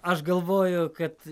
aš galvoju kad